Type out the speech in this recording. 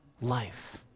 life